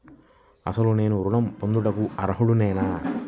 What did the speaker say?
అసలు నేను ఋణం పొందుటకు అర్హుడనేన?